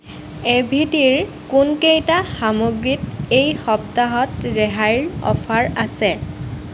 এ V টিৰ কোনকেইটা সামগ্ৰীত এই সপ্তাহত ৰেহাইৰ অফাৰ আছে